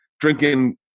drinking